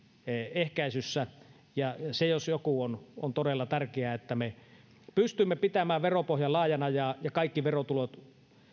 ehkäisyssä se jos joku on on todella tärkeää että me pystymme pitämään veropohjan laajana ja ja kaikki verotulot